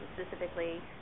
specifically